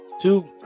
two